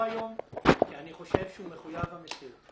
היום כי אני חושב שהוא מחויב המציאות.